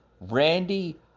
Randy